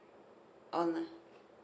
on uh